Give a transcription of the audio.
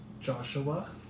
Joshua